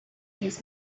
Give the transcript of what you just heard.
his